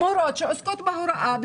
מורות שעוסקות בהוראה,